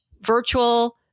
virtual